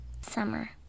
summer